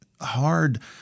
hard